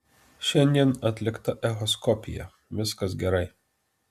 šiandien atlikta echoskopija viskas gerai